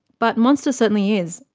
but monsters certainly is,